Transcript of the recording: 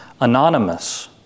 anonymous